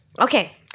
Okay